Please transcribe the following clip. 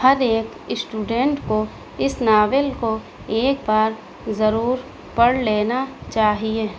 ہر ایک اسٹوڈنٹ کو اس ناول کو ایک بار ضرور پڑھ لینا چاہیے